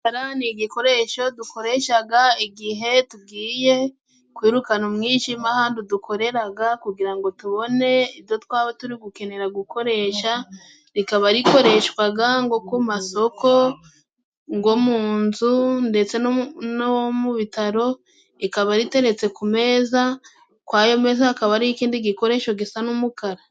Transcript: Itara ni igikoresho dukoreshaga igihe tugiye kwirukana umwijima ahandu dukoreraga kugira ngo tubone ibyo twaba turi gukenera gukoresha, rikaba rikoreshwaga ngo ku masoko, ngo mu nzu, ndetse no mu bitaro, rikaba riteretse ku meza kuri ayo meza hakaba hariho ikindi gikoresho gisa n'umukara.